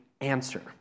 answer